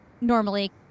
normally